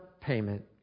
payment